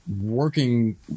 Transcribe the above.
working